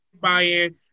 buy-in